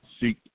seek